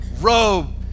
Robe